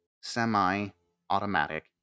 semi-automatic